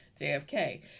JFK